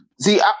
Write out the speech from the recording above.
See